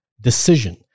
decision